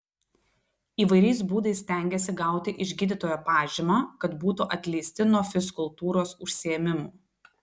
įvairiais būdais stengiasi gauti iš gydytojo pažymą kad būtų atleisti nuo fizkultūros užsiėmimų